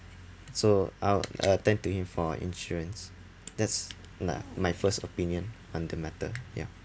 so I'll uh turn to him for insurance that's na~ my first opinion on the matter ya